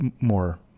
more